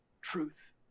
truth